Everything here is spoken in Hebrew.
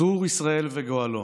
צור ישראל וגואלו,